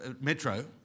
Metro